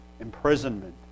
imprisonment